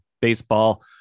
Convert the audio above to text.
baseball